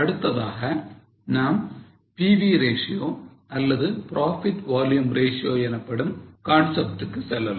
அடுத்ததாக நாம் PV ratio அல்லது Profit Volume ratio எனப்படும் concept க்கு செல்லலாம்